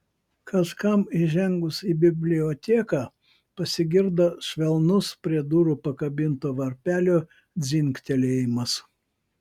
kažkam įžengus į biblioteką pasigirdo švelnus prie durų pakabinto varpelio dzingtelėjimas